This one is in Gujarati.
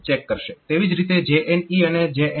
તેવી જ રીતે JNE અને JNZ સમાન છે